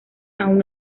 aún